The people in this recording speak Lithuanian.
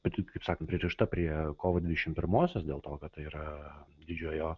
pati kaip sakant pririšta prie kovo dvidešimt pirmosios dėl to kad tai yra didžiojo